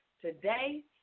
today